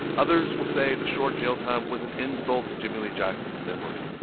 others will say the short jail time was an insult to jimmie lee jackson's memory,